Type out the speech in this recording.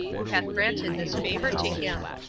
who hath granted this favor to him,